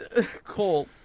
Cole